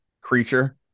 creature